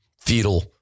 fetal